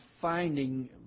finding